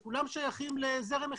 שהם כולם שייכים לזרם אחד,